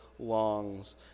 longs